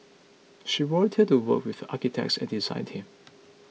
she volunteered to work with architect and design team